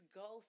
go